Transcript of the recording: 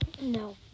No